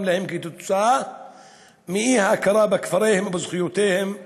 להם מאי-הכרה בכפריהם ובזכויותיהם הקנייניות.